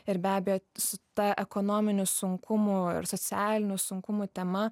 ir be abejo su ta ekonominių sunkumų ir socialinių sunkumų tema